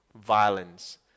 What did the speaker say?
violence